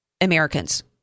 Americans